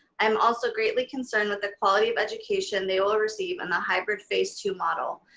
i'm also greatly concerned with the quality of education they will receive in the hybrid phase two model.